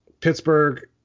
Pittsburgh